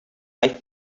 wife